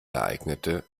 ereignete